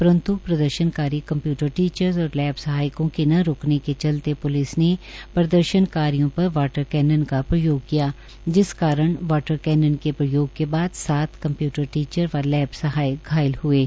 परन्त् प्रदर्शनकारी computer teachers और लैब सहायकों के न रुकने के चलते प्लिस ने प्रदर्शनकारियों पर वाटर कैनन का प्रयोग किया जिस कारण वाटर केनन के प्रयोग के बाद सात कंप्यूटर टीचर व लैब सहायक घायल हुए हैं